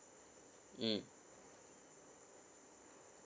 mm